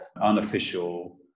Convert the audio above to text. unofficial